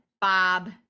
Bob